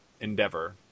endeavor